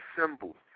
symbols